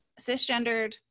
cisgendered